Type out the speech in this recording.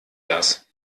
das